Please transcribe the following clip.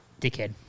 Dickhead